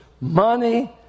money